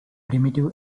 primitive